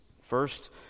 First